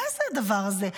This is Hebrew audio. מה זה הדבר הזה?